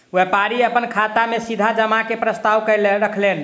व्यापारी अपन खाता में सीधा जमा के प्रस्ताव रखलैन